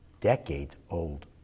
decade-old